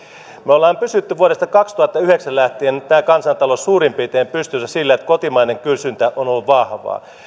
me olemme pitäneet vuodesta kaksituhattayhdeksän lähtien tämän kansantalouden suurin piirtein pystyssä sillä että kotimainen kysyntä on ollut vahvaa